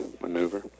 maneuver